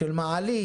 של מעלית,